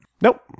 Nope